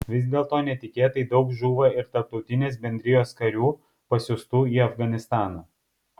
vis dėlto netikėtai daug žūva ir tarptautinės bendrijos karių pasiųstų į afganistaną